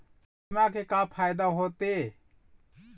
बीमा के का फायदा होते?